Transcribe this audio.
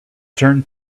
turned